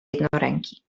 jednoręki